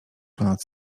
ponad